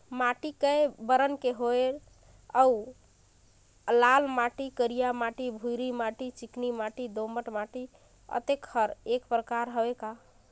माटी कये बरन के होयल कौन अउ लाल माटी, करिया माटी, भुरभुरी माटी, चिकनी माटी, दोमट माटी, अतेक हर एकर प्रकार हवे का?